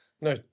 No